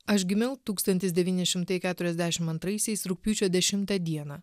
aš gimiau tūkstantis devyni šimtai keturiasdešim antraisiais rugpjūčio dešimtą dieną